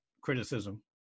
criticism